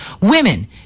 Women